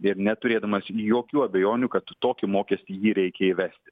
ir neturėdamas jokių abejonių kad tokį mokestį jį reikia įvesti